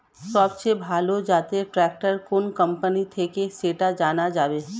সবথেকে ভালো জাতের ট্রাক্টর কোন কোম্পানি থেকে সেটা জানা যাবে?